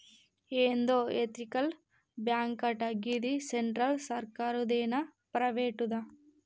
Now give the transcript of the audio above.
ఏందో ఎతికల్ బాంకటా, గిది సెంట్రల్ సర్కారుదేనా, ప్రైవేటుదా